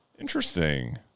Interesting